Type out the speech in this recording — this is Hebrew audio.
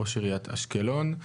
ראש עיריית אשקלון,